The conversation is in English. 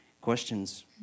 Questions